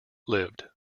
lived